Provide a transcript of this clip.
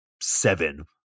seven